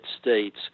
States